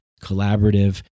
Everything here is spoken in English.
collaborative